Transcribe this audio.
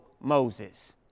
Moses